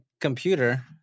computer